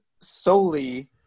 solely